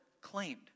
claimed